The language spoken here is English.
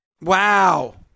Wow